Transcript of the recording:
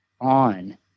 on